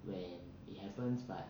when it happens but